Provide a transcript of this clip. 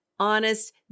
Honest